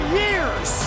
years